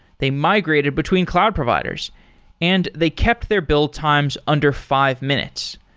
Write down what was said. they migrated between cloud providers and they kept their build times under five minutes.